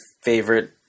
favorite